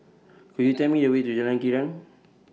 Could YOU Tell Me The Way to Jalan Krian